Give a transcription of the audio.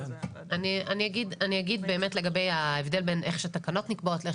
אני אגיד באמת לגבי ההבדל בין איך שתקנות נקבעות לבין